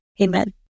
amen